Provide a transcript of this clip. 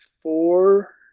four